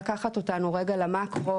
לקחת אותנו רגע למקרו,